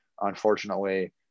unfortunately